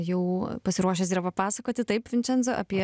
jau pasiruošęs papasakoti taip vinčenzo apie